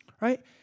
right